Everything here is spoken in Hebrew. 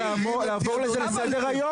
זה נומק.